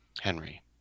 Henry